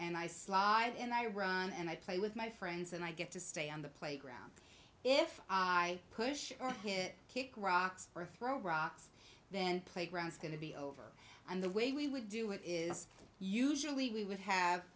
and i slide and i run and i play with my friends and i get to stay on the playground if i push or hit kick rocks or throw rocks then playgrounds going to be over and the way we would do it is usually we would have